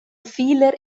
vieler